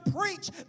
preach